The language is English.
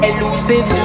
Elusive